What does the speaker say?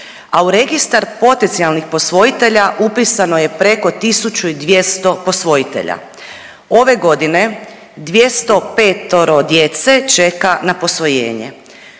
a u registar potencijalnih posvojitelja upisano je preko 1200 posvojitelja. Ove godine 205 djece čeka na posvojenje,